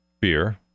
beer